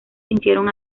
hicieron